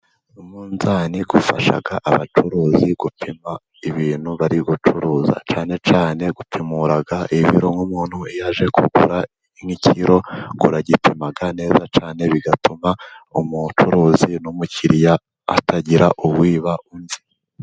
Umunzani ufasha abacuruzi upimira ibintu bari gucuruza cyane cyane upimira ibiro nk'umuntu yaje kugura ikiro ugipima neza cyane, bigatuma umucuruzi n'umukiriya atagira uwiba undi.